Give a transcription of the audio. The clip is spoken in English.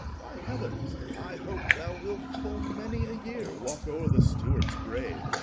by heavens, i hope thou wilt full many a year walk o'er the stuart's grave,